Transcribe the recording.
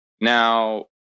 Now